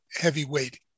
heavyweight